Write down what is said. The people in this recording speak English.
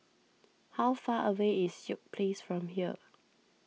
how far away is York Place from here